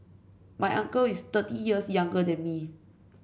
my uncle is thirty years younger than me